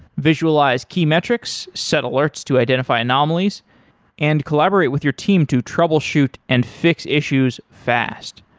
visualize key metrics, set alerts to identify anomalies and collaborate with your team to troubleshoot and fix issues fast.